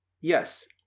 Yes